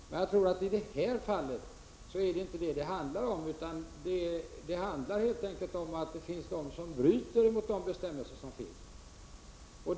Men jag tror inte att det handlar om detta i det här fallet, utan helt enkelt om att personer bryter mot de bestämmelser som finns.